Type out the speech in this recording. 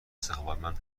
سخاوتمند